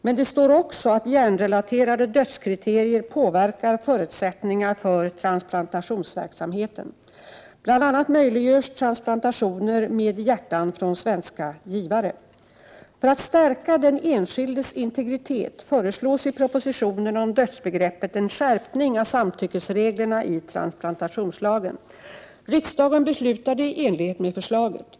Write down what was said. Men det står också att hjärnrelaterade dödskriterier påverkar förutsättningar för transplantationsverksamheten. Bl.a. möjliggörs transplantationer med hjärtan från svenska givare. För att stärka den enskildes integritet föreslogs i propositionen om dödsbegreppet en skärpning av samtyckesreglerna i transplantationslagen. Riksdagen beslutade i enlighet med förslaget.